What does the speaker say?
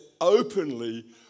openly